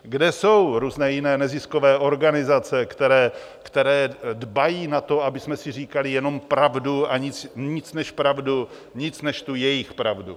Kde jsou různé neziskové organizace, které dbají na to, abychom si říkali jenom pravdu a nic než pravdu, nic než tu jejich pravdu?